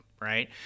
right